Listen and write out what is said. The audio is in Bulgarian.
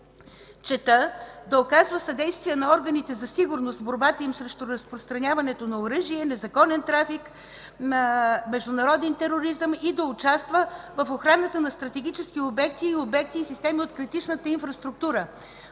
чета: „да оказва съдействие на органите за сигурност в борбата им срещу разпространяването на оръжие, незаконен трафик, на международен тероризъм и да участва в охраната на стратегически обекти и обекти и системи от критичната инфраструктура.”